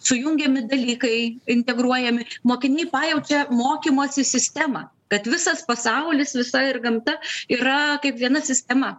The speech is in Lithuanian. sujungiami dalykai integruojami mokiniai pajaučia mokymosi sistemą kad visas pasaulis visa ir gamta yra kaip viena sistema